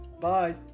Bye